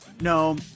No